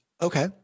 Okay